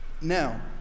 now